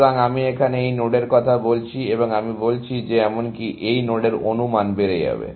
সুতরাং আমি এখানে এই নোডের কথা বলছি এবং আমি বলছি যে এমনকি এই নোডের অনুমান বেড়ে যাবে